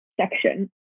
section